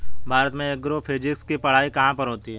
भारत में एग्रोफिजिक्स की पढ़ाई कहाँ पर होती है?